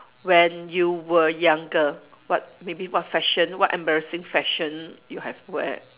when you were younger what maybe what fashion what embarrassing fashion you have wear